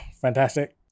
fantastic